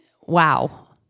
wow